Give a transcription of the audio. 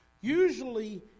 Usually